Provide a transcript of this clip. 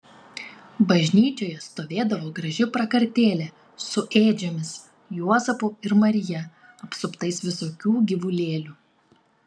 bažnyčioje stovėdavo graži prakartėlė su ėdžiomis juozapu ir marija apsuptais visokių gyvulėlių